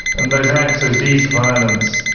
and those acts, those deeds of violence,